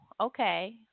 okay